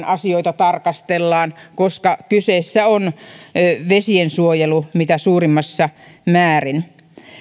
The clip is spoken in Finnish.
asioita tarkastellaan valuma alueittain koska kyseessä on vesiensuojelu mitä suurimmassa määrin